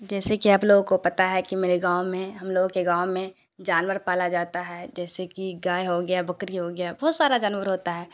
جیسے کہ آپ لوگوں کو پتہ ہے کہ میرے گاؤں میں ہم لوگوں کے گاؤں میں جانور پالا جاتا ہے جیسے کہ گائے ہو گیا بکری ہو گیا بہت سارا جانور ہوتا ہے